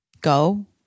go